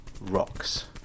rocks